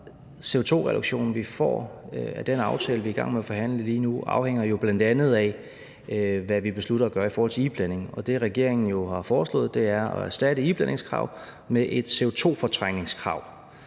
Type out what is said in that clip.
CO2-reduktion vi får af den aftale, vi er i gang med at forhandle lige nu, afhænger bl.a. af, hvad vi beslutter at gøre i forhold til iblandingen, og det, regeringen jo har foreslået, er at erstatte iblandingskravet med et CO2-fortrængningskrav.